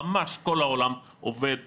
ממש כל העולם עובד ככה.